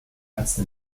ärzte